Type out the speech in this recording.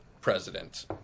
president